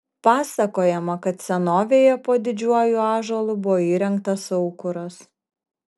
pasakojama kad senovėje po didžiuoju ąžuolu buvo įrengtas aukuras